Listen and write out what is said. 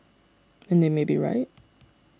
and they may be right